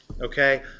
okay